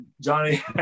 Johnny